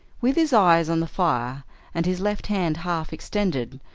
with his eyes on the fire and his left hand half extended,